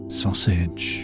sausage